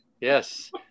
Yes